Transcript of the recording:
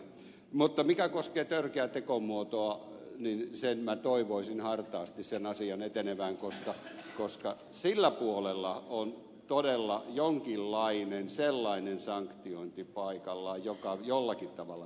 mutta mikä koskee törkeää tekomuotoa sen asian minä toivoisin hartaasti etenevän koska sillä puolella on todella jonkinlainen sellainen sanktiointi paikallaan joka jollakin tavalla edes hätkähdyttää